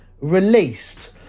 released